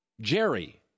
Jerry